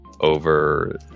over